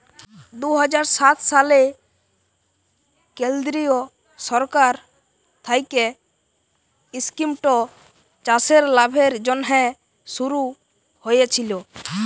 দু হাজার সাত সালে কেলদিরিয় সরকার থ্যাইকে ইস্কিমট চাষের লাভের জ্যনহে শুরু হইয়েছিল